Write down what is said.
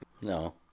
No